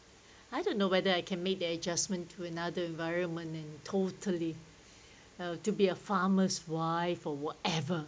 I don't know whether I can make the adjustments to another environment and totally uh to be a farmer's wife forever